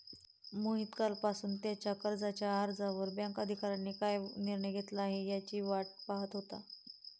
मोहित कालपासून त्याच्या कर्जाच्या अर्जावर बँक अधिकाऱ्यांनी काय निर्णय घेतला याची वाट पाहत होता